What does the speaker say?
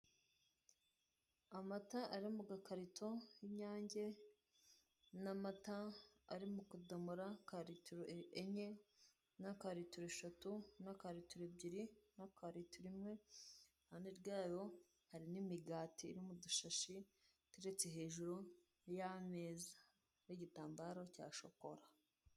Amata ari mu gakarito, y'inyange, n'amata ari mu kadomora ka litiro enye, n'akazi litiro eshatu, n'aka litiro ebyiri, n'aka litiro imwe, iruhande rwayo hari n'imigati iri mu dushashi, iteretse hajuru y'ameza. N'igutambaro cya shokora.